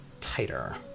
tighter